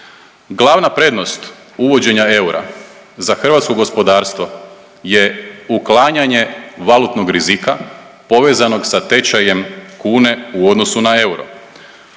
Glavna prednost uvođenja eura za hrvatsko gospodarstvo je uklanjanje valutnog rizika povezanog sa tečajem kune u odnosu na euro.